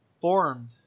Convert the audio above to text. formed